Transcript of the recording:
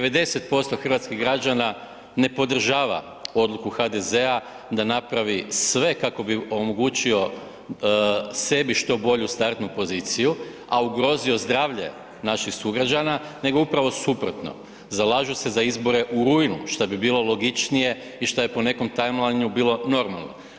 90% hrvatskih građana ne podržava odluku HDZ-a da napravi sve kako bi omogućio sebi što bolju startnu poziciju, a ugrozio zdravlje naših sugrađana nego upravo suprotno, zalažu se za izbore u rujnu šta bi bilo logičnije i što je po nekome timelineu bilo normalno.